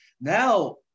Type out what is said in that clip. Now